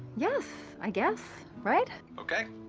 yes. i guess, right? okay.